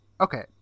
Okay